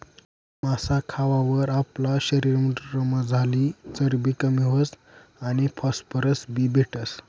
मासा खावावर आपला शरीरमझारली चरबी कमी व्हस आणि फॉस्फरस बी भेटस